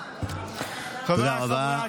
תודה רבה.